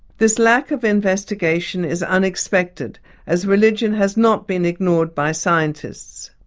this lack of investigation is unexpected as religion has not been ignored by scientists.